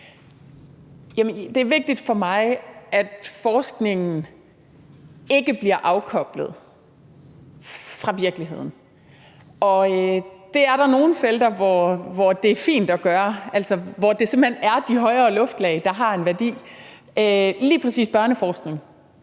Det er vigtigt for mig, at forskningen ikke bliver afkoblet fra virkeligheden. Der er nogle felter, hvor det er fint at gøre, altså hvor det simpelt hen er de højere luftlag, der har en værdi. Med lige præcis børneforskning